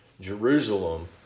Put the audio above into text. Jerusalem